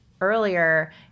earlier